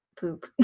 poop